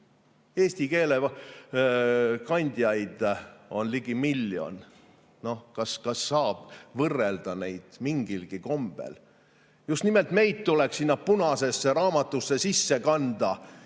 Eesti keele kandjaid on ligi miljon. Noh, kas saab võrrelda neid mingilgi kombel? Just nimelt meid tuleks sinna punasesse raamatusse sisse kanda